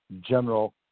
General